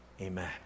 amen